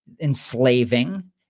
Enslaving